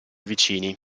vicini